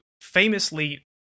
famously